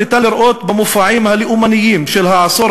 ניתן לראות במופעים הלאומניים של העשור